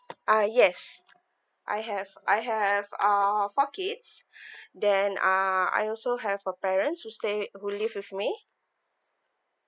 ah yes I have I have uh four kids then uh I also have a parent who stay who live with me